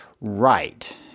right